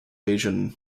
asian